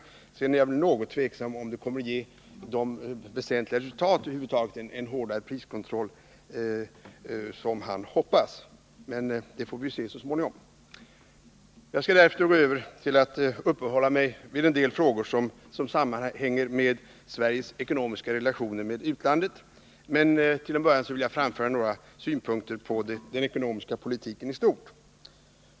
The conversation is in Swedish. Sedan ställer jag mig något tveksam till om det kommer att bli så väsentliga resultat av en hårdare priskontroll som han hoppas, men det får vi se så småningom. Jag skall därefter gå över till att uppehålla mig vid en del frågor som sammanhänger med Sveriges ekonomiska relationer med utlandet, men till en början vill jag framföra några synpunkter på den ekonomiska politiken i stort.